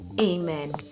amen